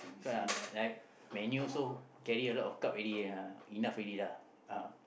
cannot ah like Man-U also carry a lot of cup already ah enough already lah